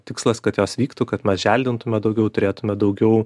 tikslas kad jos vyktų kad mes želdintume daugiau turėtume daugiau